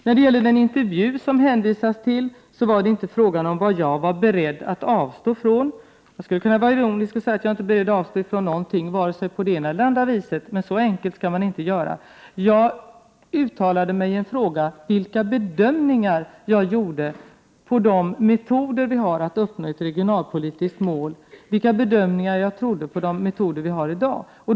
När det gäller den intervju som det hänvisades till var det inte fråga om vad jag var beredd att avstå från. Jag skulle kunna vara ironisk och säga att jag inte är beredd att avstå från någonting, varken på det ena eller det andra viset, men så enkelt skall man inte göra det för sig. Jag uttalade mig i en fråga om vilka bedömningar jag gjorde beträffande de metoder som vi i dag har för uppnående av ett regionalpolitiskt mål.